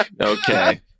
Okay